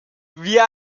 wir